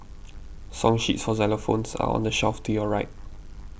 song sheets for xylophones are on the shelf to your right